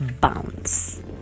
Bounce